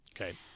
Okay